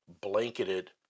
blanketed